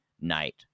night